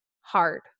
hard